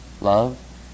Love